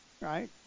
right